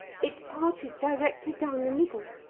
it parted directly down the middle,